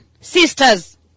sisters